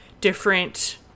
different